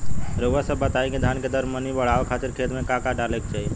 रउआ सभ बताई कि धान के दर मनी बड़ावे खातिर खेत में का का डाले के चाही?